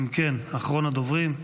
אם כן, אחרון הדוברים,